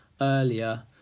earlier